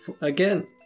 again